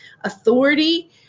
authority